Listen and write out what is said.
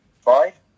five